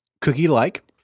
cookie-like